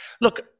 Look